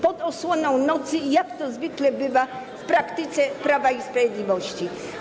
Pod osłoną nocy, jak to zwykle bywa w praktyce Prawa i Sprawiedliwości.